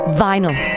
vinyl